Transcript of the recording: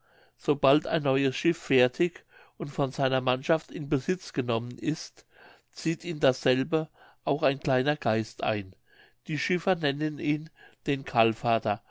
sobald ein neues schiff fertig und von seiner mannschaft in besitz genommen ist zieht in dasselbe auch ein kleiner geist ein die schiffer nennen ihn den